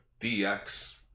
DX